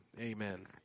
Amen